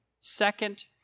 second